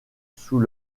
sous